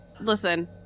listen